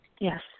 Yes